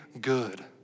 good